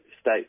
state